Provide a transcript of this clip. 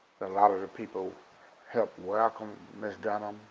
a lot of of people helped welcome miss dunham